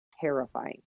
terrifying